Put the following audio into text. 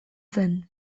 zen